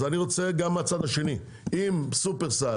אז אני רוצה גם מהצד השני, אם שופרסל,